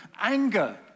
anger